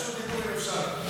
רשות דיבור, אם אפשר.